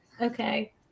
Okay